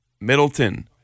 Middleton